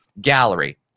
gallery